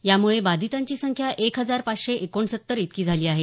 यामुळे बाधितांची संख्या एक हजार पाचशे एकोणसत्तर इतकी झाली आहे